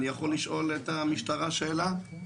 אני יכול לשאול את המשטרה שאלות?